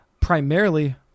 primarily